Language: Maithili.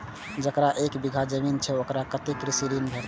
जकरा एक बिघा जमीन छै औकरा कतेक कृषि ऋण भेटत?